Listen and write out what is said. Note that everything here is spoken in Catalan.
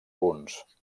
punts